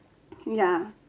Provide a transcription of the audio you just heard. ya